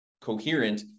coherent